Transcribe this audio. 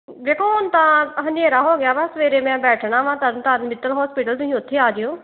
ਦੇਖੋ ਹੁਣ ਤਾਂ ਹਨੇਰਾ ਹੋ ਗਿਆ ਵਾ ਸਵੇਰੇ ਮੈਂ ਬੈਠਣਾ ਵਾ ਤਰਨਤਾਰਨ ਮਿੱਤਲ ਹੌਸਪਿਟਲ ਤੁਸੀਂ ਉੱਥੇ ਆ ਜਿਓ